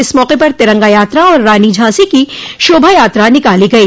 इस मौके पर तिरंगा यात्रा और रानी झांसी की शोभा यात्रा निकाली गई